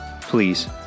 please